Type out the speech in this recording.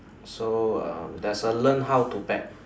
so um there's a learn how to bat